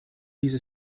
diese